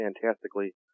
fantastically